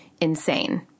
insane